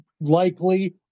likely